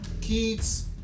kids